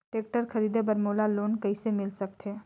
Tractor खरीदे बर मोला लोन कइसे मिल सकथे?